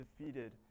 defeated